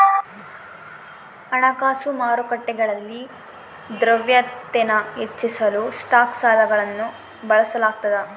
ಹಣಕಾಸು ಮಾರುಕಟ್ಟೆಗಳಲ್ಲಿ ದ್ರವ್ಯತೆನ ಹೆಚ್ಚಿಸಲು ಸ್ಟಾಕ್ ಸಾಲಗಳನ್ನು ಬಳಸಲಾಗ್ತದ